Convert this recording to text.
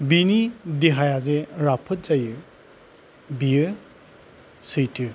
बिनि देहाया जे राफोद जायो बियो सैथो